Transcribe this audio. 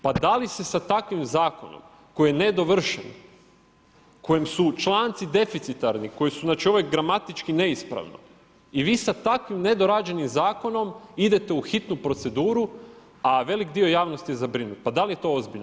Pa da li se sa takvim zakonom koji je nedovršen, kojem su članci deficitarni, znači ovo je gramatički neispravno i vi sa takvim nedorađenim zakonom idete u hitnu proceduru a veliki dio javnosti je zabrinut, pa da li je to ozbiljno?